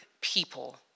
people